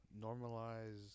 normalize